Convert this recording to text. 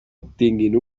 obtinguin